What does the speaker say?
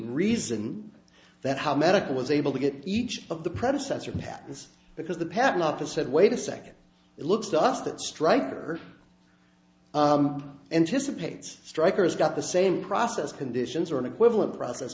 reason that how medical was able to get each of the predecessor patterns because the patent office said wait a second it looks to us that stryper anticipates strikers got the same process conditions or an equivalent process